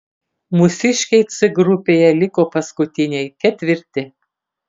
mūsiškiai c grupėje liko paskutiniai ketvirti